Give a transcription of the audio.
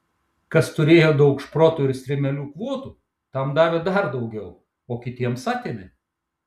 kas turėjo daug šprotų ir strimelių kvotų tam davė dar daugiau o kitiems atėmė